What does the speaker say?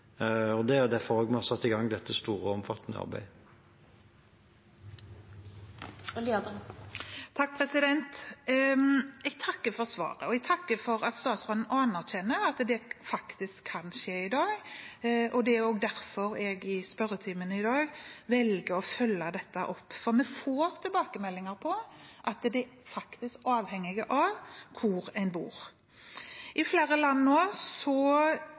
Det er derfor vi har satt i gang dette store og omfattende arbeidet. Jeg takker for svaret, og jeg takker for at statsråden anerkjenner at det faktisk kan skje i dag. Det er derfor jeg i spørretimen i dag velger å følge dette opp. Vi får tilbakemeldinger på at det faktisk er avhengig av hvor en bor. I flere land